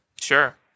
Sure